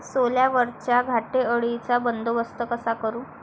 सोल्यावरच्या घाटे अळीचा बंदोबस्त कसा करू?